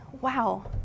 wow